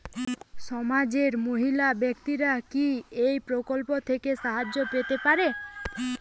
সমাজের মহিলা ব্যাক্তিরা কি এই প্রকল্প থেকে সাহায্য পেতে পারেন?